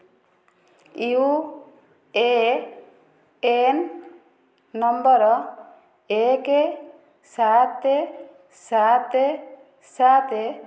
you A N number ଏକ ସାତ ସାତ ସାତ